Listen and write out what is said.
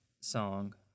song